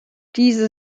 diese